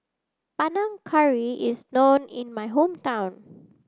Panang Curry is known in my hometown